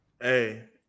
Hey